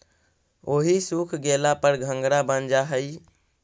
ओहि सूख गेला पर घंघरा बन जा हई